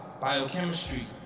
Biochemistry